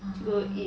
ahh